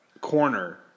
corner